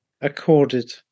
accorded